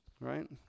Right